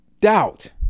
doubt